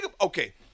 Okay